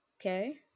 Okay